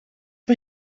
mae